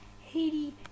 Haiti